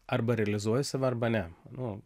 arba realizuoju save arba ne nu